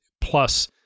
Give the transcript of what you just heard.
plus